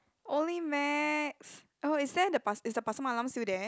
only Macs oh is there the pas~ is the Pasar-Malam still there